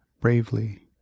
bravely